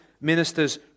ministers